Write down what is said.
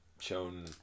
Shown